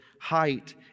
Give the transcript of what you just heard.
height